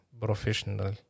professional